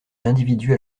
l’individu